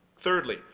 Thirdly